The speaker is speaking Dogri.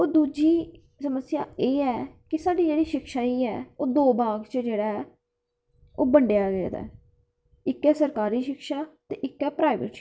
होर दूजी समस्या एह् ऐ की साढ़ी जेह्ड़ी शिक्षा एह् ऐ ओह् दो भाग च जेह्ड़ा ऐ ओह् बंडेआ गेदा ऐ ते इक्क ऐ सरकारी सिक्षा ते इक्क ऐ प्राईवेट शिक्षा